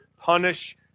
punish